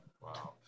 Wow